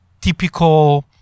typical